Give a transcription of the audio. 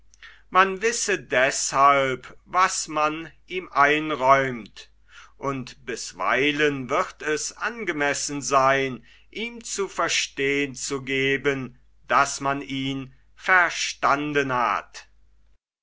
man wisse deshalb was man ihm einräumt und bisweilen wird es angemessen seyn ihm zu verstehn zu geben daß man ihn verstanden hat